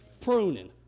pruning